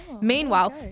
Meanwhile